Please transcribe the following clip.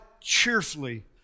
cheerfully